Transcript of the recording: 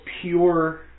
pure